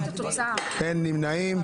אין נמנעים.